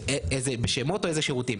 בשמות או איזה שירותים?